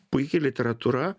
puiki literatūra